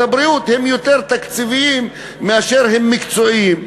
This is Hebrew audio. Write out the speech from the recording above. הבריאות הם יותר תקציביים מאשר מקצועיים.